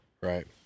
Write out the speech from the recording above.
Right